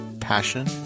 passion